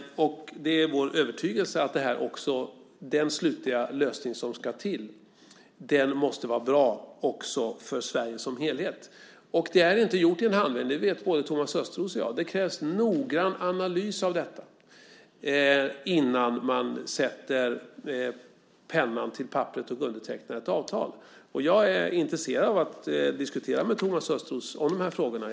Det är vår övertygelse att den slutliga lösning som ska till också måste vara bra för Sverige som helhet. Detta är inte gjort i en handvändning - det vet både Thomas Östros och jag. Det krävs noggrann analys av detta innan man sätter pennan till papperet och undertecknar ett avtal, och jag är intresserad av att diskutera de här frågorna med Thomas Östros.